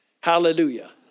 Hallelujah